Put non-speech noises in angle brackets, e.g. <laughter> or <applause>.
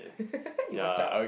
<laughs> you watch out